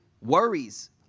worries